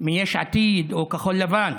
מיש עתיד או כחול לבן,